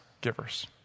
givers